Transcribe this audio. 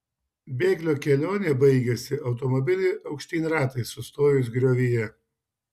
bėglio kelionė baigėsi automobiliui aukštyn ratais sustojus griovyje